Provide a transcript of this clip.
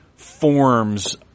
forms